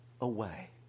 away